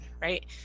right